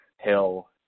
Hill